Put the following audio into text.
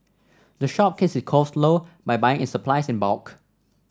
the shop keeps its costs low by buying its supplies in bulk